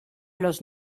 los